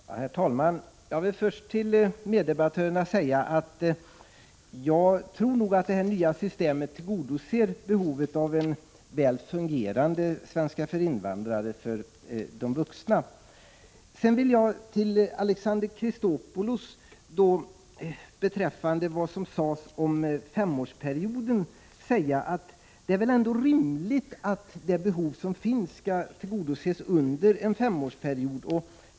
Herr talman! Jag vill först till meddebattörerna säga att jag tror att det nya systemet tillgodoser behovet av en väl fungerande svenskundervisning för invandrare när det gäller de vuxna. Sedan vill jag till Alexander Chrisopoulos beträffande vad som sades om femårsperioden säga att det väl ändå är rimligt att det behov som finns skall tillgodoses under en femårsperiod.